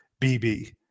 BB